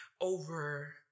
over